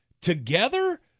Together